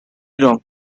wrong